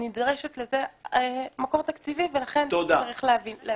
נדרש לזה מקור תקציבי ולכן צריך להביא אותו.